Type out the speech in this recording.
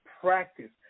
practice